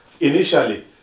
initially